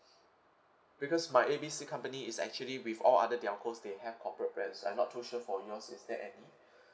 because my A B C company is actually with all other telco they have corporate plans I'm not too sure for yours is there any